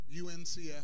UNCF